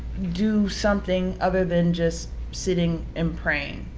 do something other than just sitting and praying.